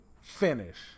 finish